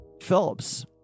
Phillips